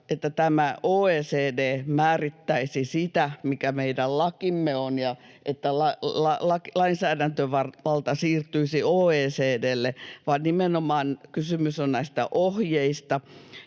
että OECD määrittäisi sitä, mikä meidän lakimme on, ja että lainsäädäntövalta siirtyisi OECD:lle, vaan nimenomaan kysymys on näistä ohjeista,